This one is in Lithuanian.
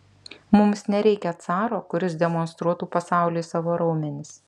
mums nereikia caro kuris demonstruotų pasauliui savo raumenis